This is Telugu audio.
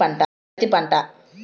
పత్తి పంట